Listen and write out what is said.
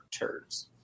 turds